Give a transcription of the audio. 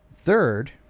Third